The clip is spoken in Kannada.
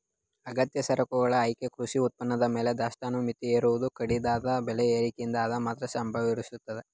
ಅಗತ್ಯ ಸರಕುಗಳ ಕಾಯ್ದೆ ಕೃಷಿ ಉತ್ಪನ್ನದ ಮೇಲೆ ದಾಸ್ತಾನು ಮಿತಿ ಹೇರುವುದು ಕಡಿದಾದ ಬೆಲೆ ಏರಿಕೆಯಿದ್ದರೆ ಮಾತ್ರ ಸಂಭವಿಸ್ತದೆ